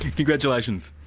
congratulations,